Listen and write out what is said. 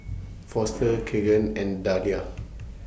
Foster Kegan and Dalia